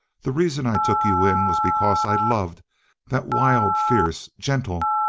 the reason i took you in was because i loved that wild, fierce, gentle,